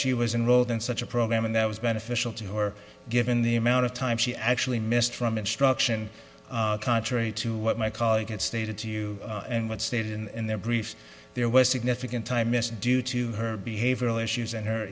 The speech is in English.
she was involved in such a program and that was beneficial to her given the amount of time she actually missed from instruction contrary to what my colleague had stated to you and what stated in their briefs there was significant time missed due to her behavioral issues and her